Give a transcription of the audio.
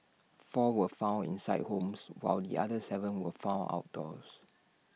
four were found inside homes while the other Seven were found outdoors